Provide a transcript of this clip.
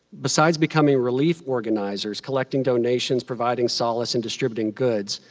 besides becoming relief organizers, collecting donations, providing solace, and distributing goods,